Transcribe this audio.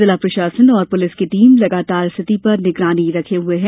जिला प्रशासन और पुलिस की टीम लगातार स्थिति पर निगरानी रखे हुये हैं